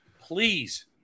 Please